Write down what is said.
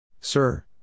Sir